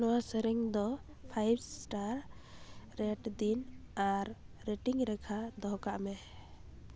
ᱱᱚᱣᱟ ᱥᱮᱨᱮᱧᱫᱚ five star ᱨᱮᱴᱫᱤᱱ ᱟᱨ ᱨᱮᱴᱭᱤᱝ ᱨᱮᱠᱷᱟ ᱫᱚᱦᱚᱠᱟᱜ ᱢᱮ